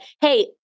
hey